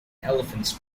elephants